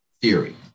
theory